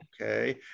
okay